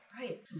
Right